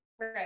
right